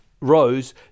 rose